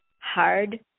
hard